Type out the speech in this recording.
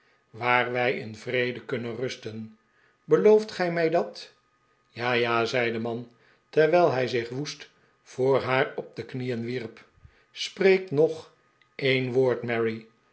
waar wij in vrede kunnen rusten belooft gij mij dat ja ja zei de man terwijl hij zich woest voor haar op de knieen wierp spreek nog een woord